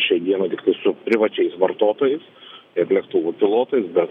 šiai dienai tiktais su privačiais vartotojais ir lėktuvų pilotais bet